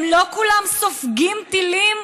הם לא כולם סופגים טילים?